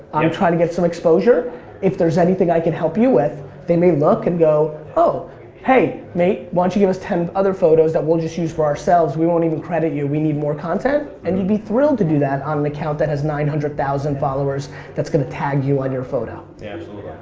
i'm trying to get some exposure if there's anything i can help you with they may look and go oh hey mate why don't you give us ten other photos that we'll just use for ourselves. we won't even credit you. we need more content and you'd be thrilled to do that on an account that has nine hundred thousand followers that's gonna tag you on your photo. yeah, absolutely.